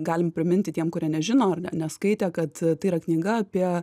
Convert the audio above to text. galim priminti tiem kurie nežino ar ne neskaitė kad tai yra knyga apie